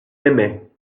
aimait